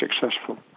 successful